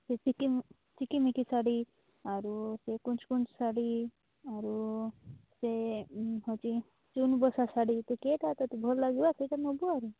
ସେ ଚିକିମିକି ଚିକିମିକି ଶାଢ଼ୀ ଆରୁ ସେ କୁଞ୍ଚ୍ କୁଞ୍ଚ୍ ଶାଢ଼ୀ ଆରୁ ସେ ହେଉଛି ଚୁନ୍ ବସା ଶାଢ଼ୀ କିଏଟା ତୋତେ ଭଲ୍ ଲାଗିବ ସେଇଟା ନବୁ ଆଉ